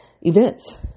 events